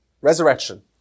Resurrection